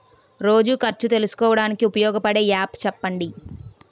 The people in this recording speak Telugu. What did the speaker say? రోజు ఖర్చు తెలుసుకోవడానికి ఉపయోగపడే యాప్ చెప్పండీ?